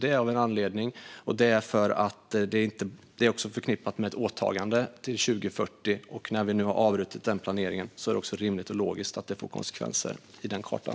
Det har man gjort av en anledning, eftersom det också är förknippat med ett åtagande till 2040. När vi nu har avbrutit den planeringen är det rimligt och logiskt att det får konsekvenser för den kartan.